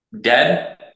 dead